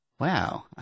wow